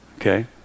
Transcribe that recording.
okay